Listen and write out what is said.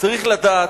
צריך לדעת,